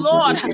Lord